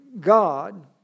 God